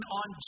on